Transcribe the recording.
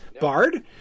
Bard